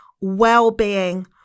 well-being